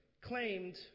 claimed